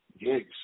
gigs